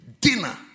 Dinner